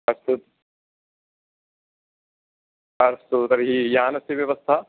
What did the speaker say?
अस्तु अस्तु तर्हि यानस्य व्यवस्था